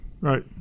Right